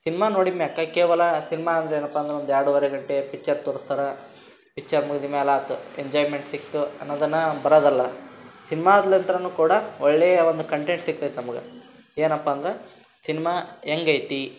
cinema ನೋಡಿದ ಮ್ಯಾಕ ಕೇವಲ ಸಿನ್ಮಾ ಅಂದರೇನಪ್ಪ ಅಂದ್ರೆ ಒಂದು ಎರಡುವರೆ ಗಂಟೆ ಪಿಚ್ಚರ್ ತೋರಿಸ್ತಾರ ಪಿಚ್ಚರ್ ಮುಗಿದ ಮೇಲೆ ಆಯ್ತ್ ಎಂಜಾಯ್ಮೆಂಟ್ ಸಿಕ್ತು ಅನ್ನೋದನ್ನು ಬರೋದಲ್ಲ ಸಿನ್ಮಾದ್ಲಿಂತ್ರನೂ ಕೂಡ ಒಳ್ಳೆಯ ಒಂದು ಕಂಟೆಂಟ್ ಸಿಕ್ತೈತೆ ನಮ್ಗೆ ಏನಪ್ಪಾ ಅಂದ್ರೆ ಸಿನ್ಮಾ ಹೇಗೈತಿ